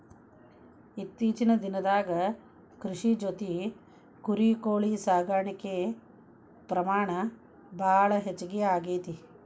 ಇತ್ತೇಚಿನ ದಿನದಾಗ ಕೃಷಿ ಜೊತಿ ಕುರಿ, ಕೋಳಿ ಸಾಕಾಣಿಕೆ ಪ್ರಮಾಣ ಭಾಳ ಹೆಚಗಿ ಆಗೆತಿ